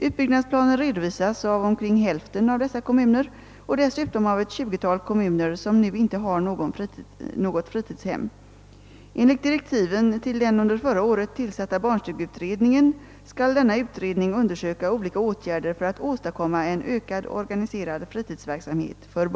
Utbyggnadsplaner redovisas av omkring hälften av dessa kommuner och dessutom av ett tjugotal kommuner som nu inte har något fritidshem.